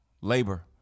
labor